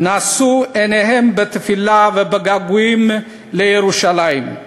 נשאו עיניהם בתפילה ובגעגועים לירושלים,